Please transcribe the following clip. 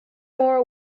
more